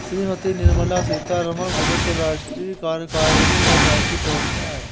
श्रीमती निर्मला सीतारमण सदस्य, राष्ट्रीय कार्यकारिणी और राष्ट्रीय प्रवक्ता हैं